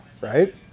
right